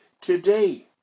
today